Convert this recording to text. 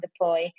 deploy